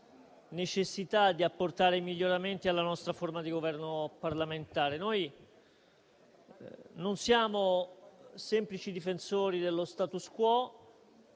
necessità di apportare miglioramenti alla nostra forma di governo parlamentare. Non siamo semplici difensori dello *status quo*,